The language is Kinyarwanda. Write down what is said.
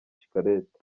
shikarete